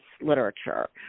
literature